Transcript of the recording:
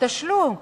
בתשלום,